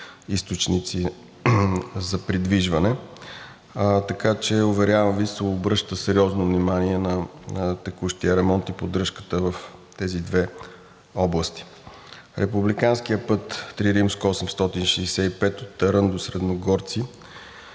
източници за придвижване. Така че уверявам Ви, че се обръща сериозно внимание на текущия ремонт и поддръжката в тези две областни. Републикански път III-865 Търън до Средногорци